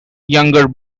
younger